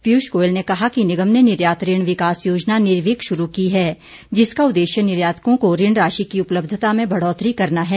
पीयूष गोयल ने कहा कि निगम ने निर्यात ऋण विकास योजना निर्विक शुरू की है जिसका उद्देश्य निर्यातकों को ऋण राशि की उपलब्यता में बढ़ोतरी करना है